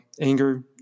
anger